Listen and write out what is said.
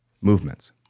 movements